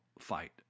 fight